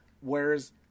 whereas